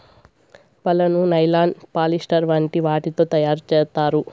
వలను nylon, polyester వంటి వాటితో తయారు చేత్తారు